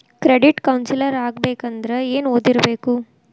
Credit counsellor ಆಗ್ಬೇಕಂದ್ರ ಏನ್ ಓದಿರ್ಬೇಕು?